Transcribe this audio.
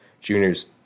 juniors